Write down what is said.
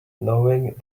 knowing